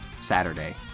Saturday